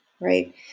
right